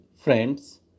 friends